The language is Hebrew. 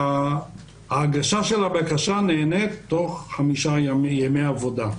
ההגשה של הבקשה נענית תוך חמישה ימי עבודה.